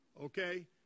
okay